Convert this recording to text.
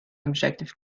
objective